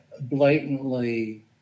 blatantly